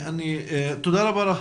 ורד, תודה רבה.